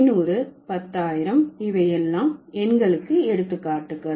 ஐந்நூறு பத்தாயிரம் இவை எல்லாம் எண்களுக்கு எடுத்துக்காட்டுகள்